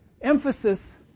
Emphasis